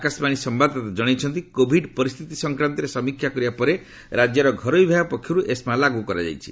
ଆକାଶବାଣୀ ସମ୍ଭାଦଦାତା ଜଣାଇଛନ୍ତି କୋଭିଡ୍ ପରିସ୍ଥିତି ସଂକ୍ରାନ୍ତରେ ସମୀକ୍ଷା କରିବା ପରେ ରାଜ୍ୟର ଘରୋଇ ବିଭାଗ ପକ୍ଷରୁ ଏସ୍ମା ଲାଗୁ କରାଯାଇଛି